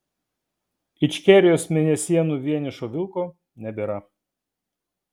ičkerijos mėnesienų vienišo vilko nebėra